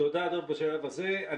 תודה, דב, בשלב הזה.